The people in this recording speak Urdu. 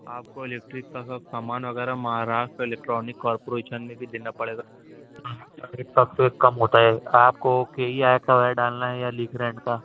آپ کو الیکٹرک کا سب سامان وغیرہ مہاراشٹر الیکٹرانک کارپوریشن لمٹید میں بھی دینا پڑے گا سب سے کم ہوتا ہے آپ کو کے ای آر کا وائر ڈالنا ہے یا لیگرینڈ کا